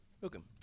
Welcome